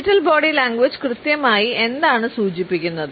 digital body language കൃത്യമായി എന്താണ് സൂചിപ്പിക്കുന്നത്